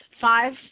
Five